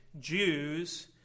Jews